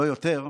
לא יותר,